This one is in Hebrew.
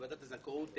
שוועדת הזכאות תקבע.